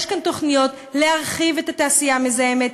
יש כאן תוכניות להרחיב את התעשייה המזהמת,